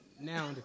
Now